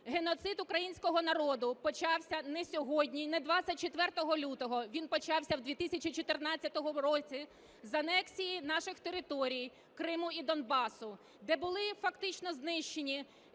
Геноцид українського народу почався не сьогодні і не 24 лютого, він почався в 2014 році з анексії наших територій Криму і Донбасу, де були фактично знищені,